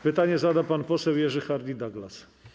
Pytanie zada pan poseł Jerzy Hardie-Douglas.